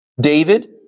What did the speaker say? David